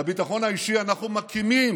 בביטחון האישי אנו מקימים